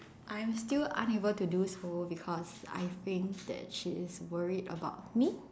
I'm still unable to do so because I think that she is worried about me